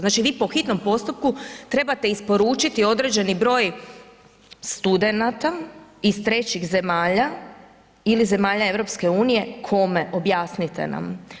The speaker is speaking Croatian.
Znači vi po hitnom postupku trebate isporučiti određeni broj studenata iz trećih zemalja ili zemalja EU, kome, objasnite nam?